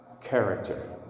character